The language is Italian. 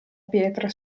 pietra